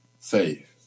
faith